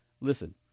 Listen